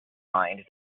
mind